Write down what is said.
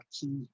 key